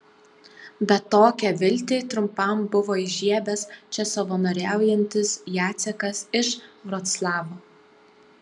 bet tokią viltį trumpam buvo įžiebęs čia savanoriaujantis jacekas iš vroclavo